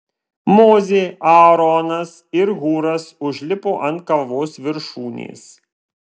mozė aaronas ir hūras užlipo ant kalvos viršūnės